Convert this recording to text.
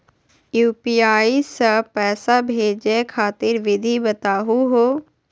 UPI स पैसा भेजै खातिर विधि बताहु हो?